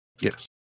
Yes